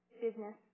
business